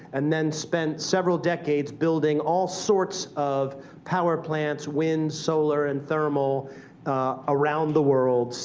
and then spent several decades building all sorts of power plants wind, solar, and thermal around the world,